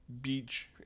beach